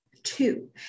Two